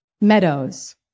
Meadows